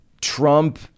Trump